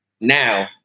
now